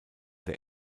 der